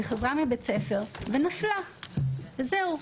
היא חזרה מבית הספר ונפלה, וזהו.